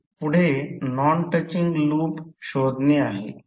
पुढे non touching loop शोधणे आहे